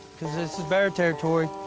cause this is bear territory.